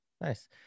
Nice